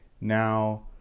now